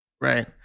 Right